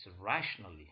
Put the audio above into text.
rationally